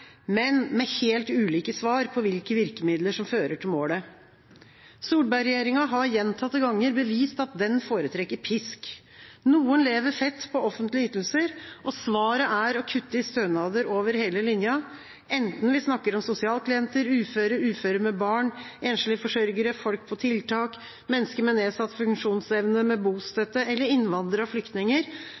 men man har helt ulike svar på hvilke virkemidler som fører til målet. Solberg-regjeringa har gjentatte ganger bevist at den foretrekker pisk. Noen lever fett på offentlige ytelser, og svaret er å kutte i stønader over hele linja, enten vi snakker om sosialklienter, uføre, uføre med barn, enslige forsørgere, folk på tiltak, mennesker med nedsatt funksjonsevne med bostøtte, eller innvandrere og flyktninger